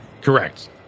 Correct